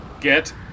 Get